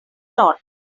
lot